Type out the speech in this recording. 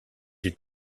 est